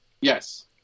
Yes